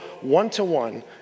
one-to-one